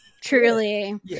Truly